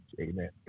Amen